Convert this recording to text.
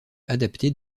adaptée